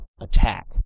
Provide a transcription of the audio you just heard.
attack